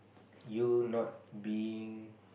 you not being